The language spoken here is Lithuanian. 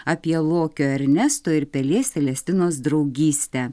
apie lokio ernesto ir pelės selestinos draugystę